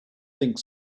think